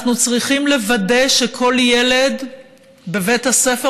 אנחנו צריכים לוודא שכל ילד בבית הספר